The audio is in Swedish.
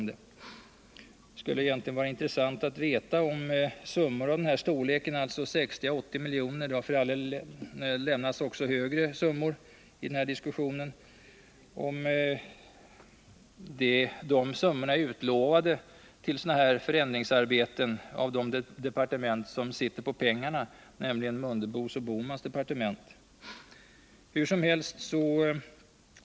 Det vore intressant att få veta om summor av denna storlek, alltså 60-80 milj.kr. — det har för all del nämnts även större summor i denna diskussion — är utlovade till sådana här ändringsarbeten av de departement som sitter på pengarna, dvs. Mundebos och Bohmans departement.